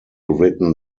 written